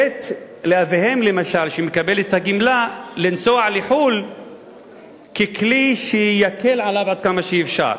לתת לאביהם שמקבל את הגמלה לנסוע לחו"ל ככלי שיקל עליו עד כמה שאפשר.